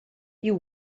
you